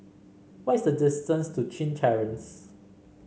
what is the distance to Chin Terrace